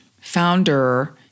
founder